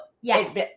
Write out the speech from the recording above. yes